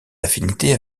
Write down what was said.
affinités